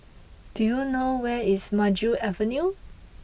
do you know where is Maju Avenue